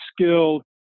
skilled